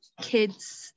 kids